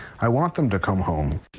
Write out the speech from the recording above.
i want them to come home.